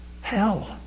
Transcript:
hell